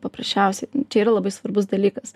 paprasčiausiai čia yra labai svarbus dalykas